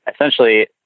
essentially